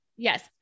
Yes